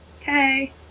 Okay